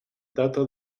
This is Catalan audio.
data